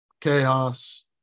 chaos